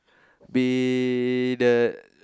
be the